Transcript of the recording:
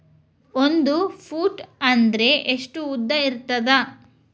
ಒಂದು ಫೂಟ್ ಅಂದ್ರೆ ಎಷ್ಟು ಉದ್ದ ಇರುತ್ತದ?